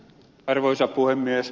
arvoisa puhemies